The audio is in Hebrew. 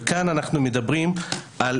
וכאן אנחנו מדברים על